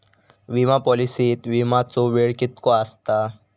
विमा पॉलिसीत विमाचो वेळ कीतको आसता?